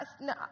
No